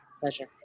Pleasure